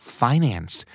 finance